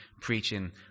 preaching